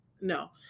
No